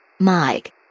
Mike